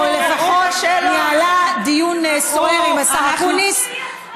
או לפחות ניהלה דיון סוער עם השר אקוניס,